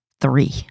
three